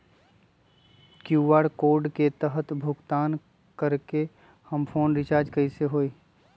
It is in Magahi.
कियु.आर कोड के तहद भुगतान करके हम फोन रिचार्ज कैसे होई?